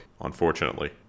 unfortunately